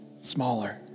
smaller